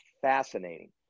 fascinating